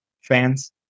fans